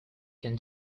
can